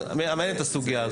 מדהים.